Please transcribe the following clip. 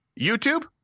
YouTube